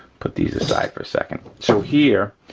put these aside for a second. so here,